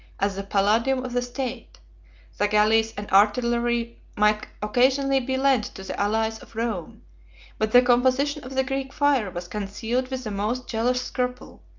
as the palladium of the state the galleys and artillery might occasionally be lent to the allies of rome but the composition of the greek fire was concealed with the most jealous scruple,